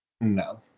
No